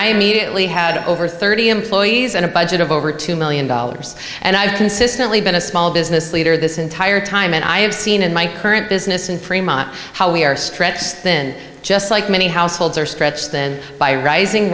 i immediately had over thirty employees and a budget of over two million dollars and i've consistently been a small business leader this entire time and i have seen in my current business in fremont how we are stretched thin just like many households are stretched thin by rising